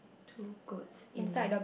two goats in